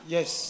Yes